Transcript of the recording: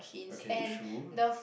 okay true